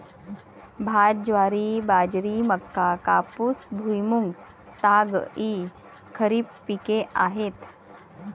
भात, ज्वारी, बाजरी, मका, कापूस, भुईमूग, ताग इ खरीप पिके आहेत